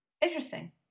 interesting